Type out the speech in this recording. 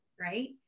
right